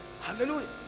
Hallelujah